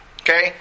Okay